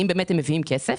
והאם באמת הם מביאים כסף.